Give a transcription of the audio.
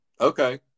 Okay